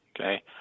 okay